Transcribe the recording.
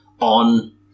on